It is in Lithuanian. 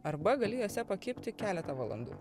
arba gali jose pakibti keletą valandų